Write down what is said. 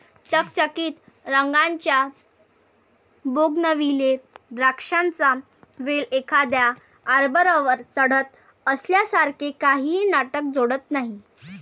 चकचकीत रंगाच्या बोगनविले द्राक्षांचा वेल एखाद्या आर्बरवर चढत असल्यासारखे काहीही नाटक जोडत नाही